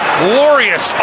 glorious